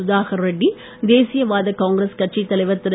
சுதாகர் ரெட்டி தேசிய வாத காங்கிரஸ் கட்சித் தலைவர் திரு